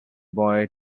boy